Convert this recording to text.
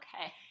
Okay